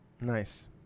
Nice